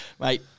Mate